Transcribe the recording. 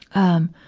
um,